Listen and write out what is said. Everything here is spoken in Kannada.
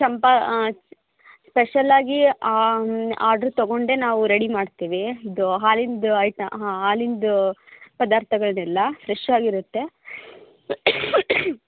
ಚಂಪಾ ಸ್ಪೆಷಲ್ಲಾಗಿ ಆರ್ಡ್ರು ತೊಗೊಂಡೇ ನಾವು ರೆಡಿ ಮಾಡ್ತೀವಿ ಇದು ಹಾಲಿಂದು ಐಟ ಹಾಲಿಂದು ಪದಾರ್ಥಗಳನ್ನೆಲ್ಲ ಫ್ರೆಶ್ಶಾಗಿರುತ್ತೆ